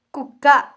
కుక్క